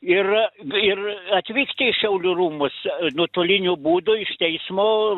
ir ir atvykti į šiaulių rūmus nuotoliniu būdu iš teismo